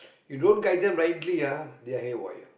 you don't guide them rightly ah they are haywire